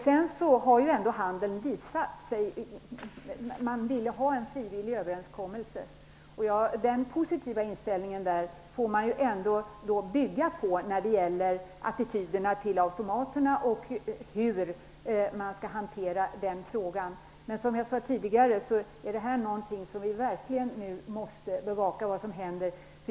Handeln har ju ändå visat att man ville ha en frivillig överenskommelse. Den positiva inställningen får man bygga vidare på i fråga om attityderna till automaterna och till hur man skall hantera frågan. Som jag sade tidigare, måste vi nu verkligen bevaka vad som händer.